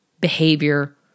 behavior